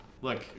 Look